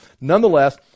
Nonetheless